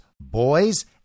Boys